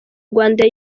rwanda